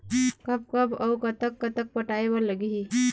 कब कब अऊ कतक कतक पटाए बर लगही